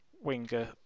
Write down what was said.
winger